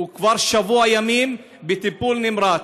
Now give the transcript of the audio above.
הוא כבר שבוע ימים בטיפול נמרץ.